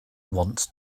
wants